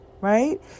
right